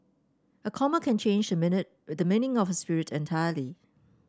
a comma can change minute the meaning of a spirit entirely